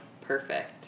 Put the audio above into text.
perfect